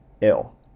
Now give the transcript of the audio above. ill